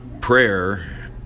prayer